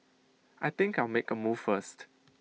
I think I'll make A move first